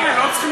די, נו.